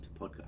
podcast